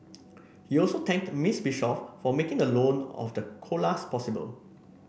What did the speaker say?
he also thanked Miss Bishop for making the loan of the koalas possible